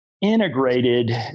integrated